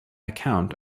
account